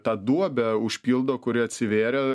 tą duobę užpildo kuri atsivėrė